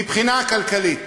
מבחינה כלכלית,